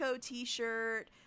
T-shirt